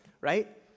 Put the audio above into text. right